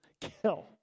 kill